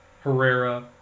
Herrera